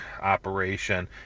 operation